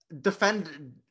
defend